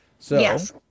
Yes